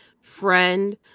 friend